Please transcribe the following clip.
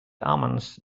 omens